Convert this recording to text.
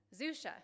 Zusha